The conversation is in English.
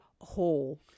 whole